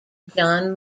john